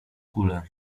kule